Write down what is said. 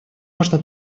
можно